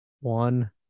one